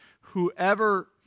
whoever